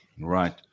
Right